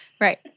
Right